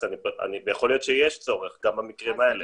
ויכול להיות שיש צורך גם במקרים האלה.